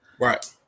Right